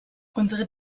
unsere